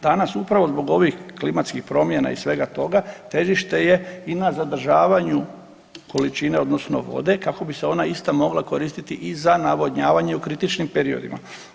Danas upravo zbog ovih klimatskih promjena i svega toga težište je i na zadržavanju količine odnosno vode kako bi se ona ista mogla koristiti i za navodnjavanje u kritičnim periodima.